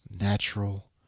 natural